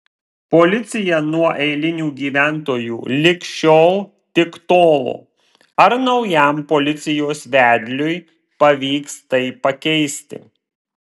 policija nuo eilinių gyventojų lig šiol tik tolo ar naujam policijos vedliui pavyks tai pakeisti